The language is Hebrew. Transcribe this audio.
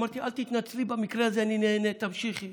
אמרתי: אל תתנצלי, במקרה הזה אני נהנה, תמשיכי.